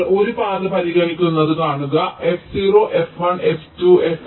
നിങ്ങൾ ഒരു പാത പരിഗണിക്കുന്നത് കാണുക f0 f1 f2